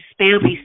spammy